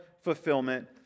fulfillment